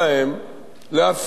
להפגין בפניהם